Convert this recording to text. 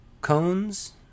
cones